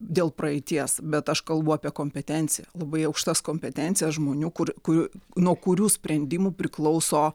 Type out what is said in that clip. dėl praeities bet aš kalbu apie kompetenciją labai aukštas kompetencijas žmonių kur kurių nuo kurių sprendimų priklauso